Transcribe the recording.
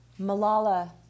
Malala